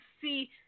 see